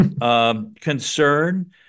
concern